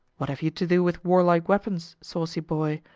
what have you to do with warlike weapons, saucy boy?